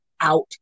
out